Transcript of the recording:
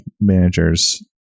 managers